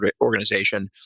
organization